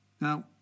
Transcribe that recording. Now